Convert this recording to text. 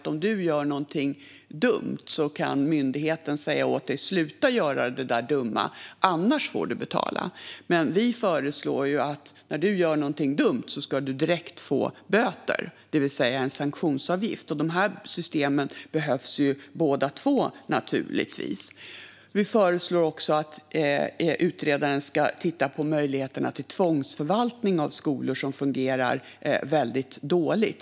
Om man gör någonting dumt kan myndigheten säga åt en: Sluta göra det där dumma - annars får du betala! Det är vad viten innebär. Vi föreslår att man ska få böter direkt, det vill säga en sanktionsavgift, när man gör någonting dumt. De här systemen behövs naturligtvis båda två. Vi föreslår också att utredaren ska titta på möjligheterna till tvångsförvaltning av skolor som fungerar väldigt dåligt.